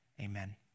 amen